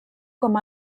com